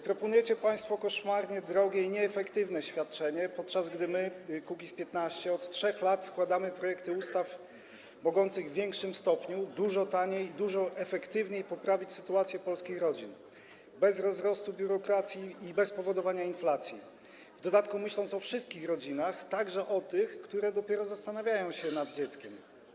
Proponujecie państwo koszmarnie drogie i nieefektywne świadczenie, podczas gdy my, Kukiz’15, od 3 lat składamy projekty ustaw mogących w większym stopniu, dużo taniej i dużo efektywniej, poprawić sytuację polskich rodzin, bez rozrostu biurokracji i bez powodowania inflacji, w dodatku myśląc o wszystkich rodzinach, także o tych, które dopiero zastanawiają się nad dzieckiem.